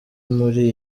muri